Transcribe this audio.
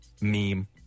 meme